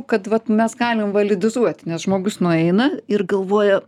kad vat mes galim validizuot nes žmogus nueina ir galvoja